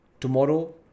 Tomorrow